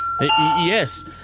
yes